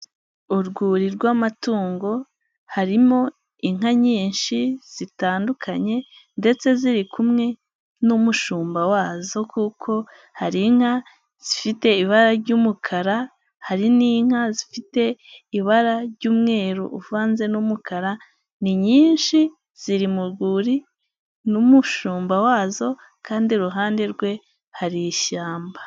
Urwuri rw'amatungo, harimo inka nyinshi zitandukanye ndetse ziri kumwe n'umushumba wazo kuko hari inka zifite ibara ry'umukara, hari n'inka zifite ibara ry'umweru uvanze n'umukara, ni nyinshi ziri mu rwuri n'umushumba wazo kandi iruhande rwe hari ishyamba.